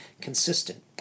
consistent